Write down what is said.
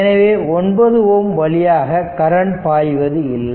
எனவே 9 ஓம் வழியாக கரண்ட் பாய்வதில்லை